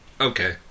okay